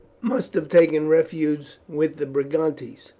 must have taken refuge with the brigantes.